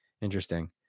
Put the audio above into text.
Interesting